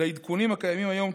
לעדכונים הקיימים היום,